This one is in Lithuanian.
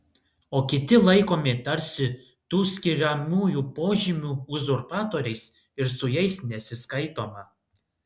o kiti laikomi tarsi tų skiriamųjų požymių uzurpatoriais ir su jais nesiskaitoma